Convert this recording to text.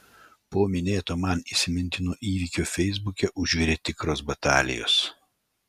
po minėto man įsimintino įvykio feisbuke užvirė tikros batalijos